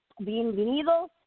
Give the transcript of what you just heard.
Bienvenidos